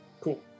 cool